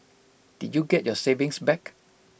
did you get your savings back